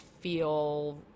feel